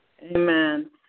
amen